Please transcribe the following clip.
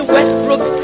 Westbrook